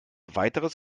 weiteres